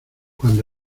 cuando